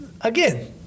again